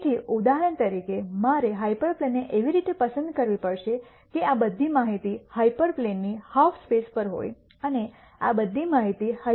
તેથી ઉદાહરણ તરીકે મારે હાઇપરપ્લેનને એવી રીતે પસંદ કરવી પડશે કે આ બધી માહિતી હાયપરપ્લેનની હાલ્ફ સ્પેસ પર હોય અને આ બધી માહિતી હાયપરપ્લેનની બીજી હાલ્ફ સ્પેસ પર હોય